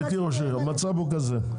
גברתי ראש העיר המצב הוא כזה,